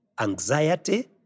anxiety